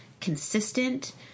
consistent